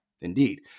Indeed